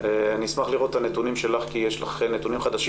אני אשמח לראות את הנתונים שלך כי יש לך נתונים חדשים.